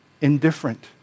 indifferent